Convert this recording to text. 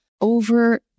over